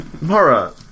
Mara